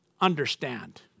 understand